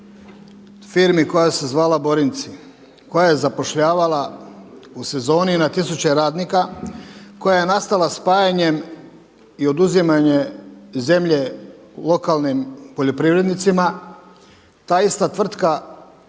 firmi koja se zvala Borinci koja je zapošljavala u sezoni na tisuće radnika, koja je nastala spajanjem i oduzimanje zemlje lokalnim poljoprivrednicima. Ta ista tvrtka